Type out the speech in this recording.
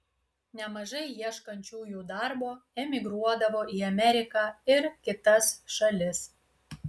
nemažai ieškančiųjų darbo emigruodavo į ameriką ir kitas šalis